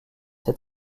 ses